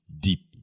deep